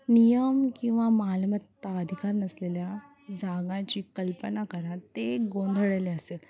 नियम किंवा मालमत्ता अधिकार नसलेल्या जागांची कल्पना करा ते गोंधळलेले असेल